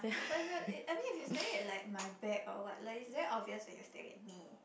but if you are I I mean if you staring at like my back or what like it's damn obvious that you are staring at me